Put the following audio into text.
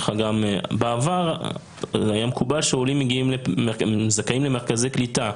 בעבר היה מקובל שעולים זכאים למרכזי קליטה,